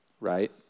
right